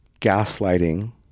Gaslighting